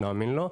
אז נאמין לו,